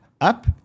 up